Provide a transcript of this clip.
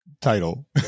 title